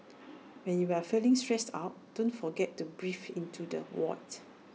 when you are feeling stressed out don't forget to breathe into the void